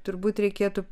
turbūt reikėtų